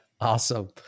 Awesome